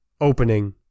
opening